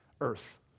earth